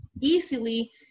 easily